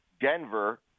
Denver